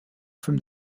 from